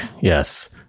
Yes